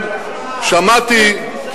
ובכן, שמעתי את דבריך.